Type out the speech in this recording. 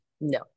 No